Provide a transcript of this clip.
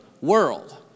world